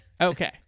Okay